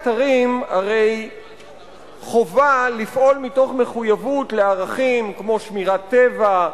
הרי חובה על מפעילי האתרים לפעול מתוך מחויבות לערכים כמו שמירת טבע,